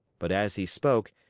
but as he spoke,